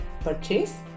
purchase